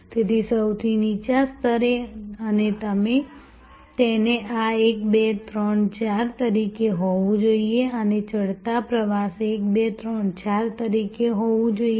તેથી સૌથી નીચા સ્તરે અને તેને આ 1 2 3 4 તરીકે જોવું જોઈએ આને ચડતા પ્રવાસ 1 2 3 4 તરીકે જોવું જોઈએ